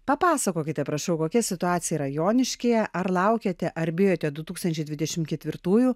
papasakokite prašau kokia situacija yra joniškyje ar laukiate ar bijote du tūkstančiai dvidešim ketvirtųjų